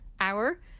Hour